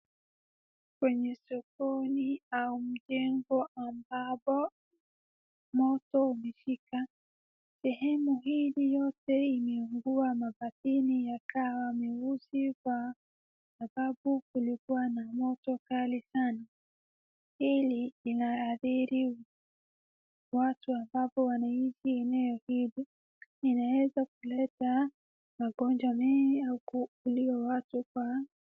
Kwenye sokoni au mjengo ambapo, moto ulishika. Sehemu hili yote imeungua mavazini yakawa meusi kwa sababu kulikuwa na moto kali sana. Hili linaadhiri watu ambapo wanaishi eneo hili. Linaweza kuleta magonjwa mengi au kuuliwa watu kwa.